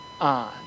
on